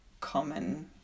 common